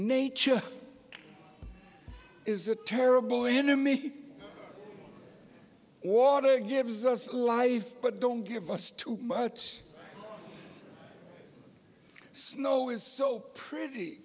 nature is a terrible in to me water gives us life but don't give us too much snow is so pretty